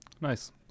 Nice